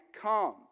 come